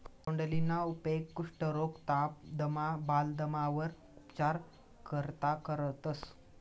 तोंडलीना उपेग कुष्ठरोग, ताप, दमा, बालदमावर उपचार करता करतंस